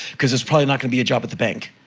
cause it's probably not gonna be a job at the bank.